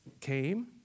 came